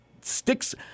sticks